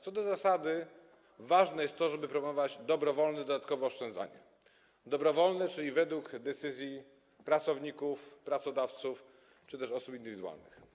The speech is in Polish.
Co do zasady ważne jest to, żeby promować dobrowolne dodatkowe oszczędzanie - dobrowolne, czyli według decyzji pracowników, pracodawców czy też osób indywidualnych.